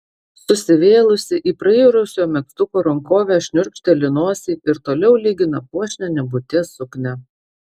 susivėlusi į prairusio megztuko rankovę šniurkšteli nosį ir toliau lygina puošnią nebūties suknią